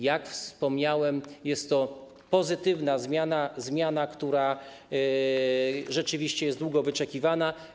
Jak wspomniałem, jest to pozytywna zmiana, która rzeczywiście jest długo wyczekiwana.